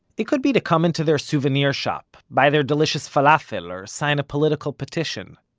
it could be to come into their souvenir shop, buy their delicious falafel or sign a political petition.